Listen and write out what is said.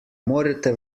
morete